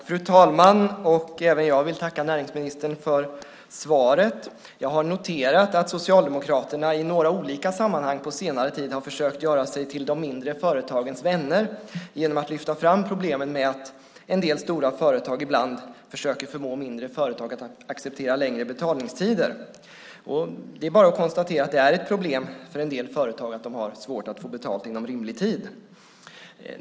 Fru talman! Även jag vill tacka näringsministern för svaret. Jag har noterat att Socialdemokraterna i några olika sammanhang på senare tid har försökt göra sig till de mindre företagens vänner genom att lyfta fram problemen med att en del stora företag ibland försöker förmå mindre företag att acceptera längre betalningstider. Det är bara att konstatera att det är ett problem för en del företag att de har svårt att få betalt inom rimlig tid.